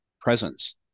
presence